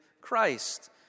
Christ